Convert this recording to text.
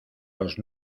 los